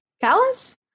callus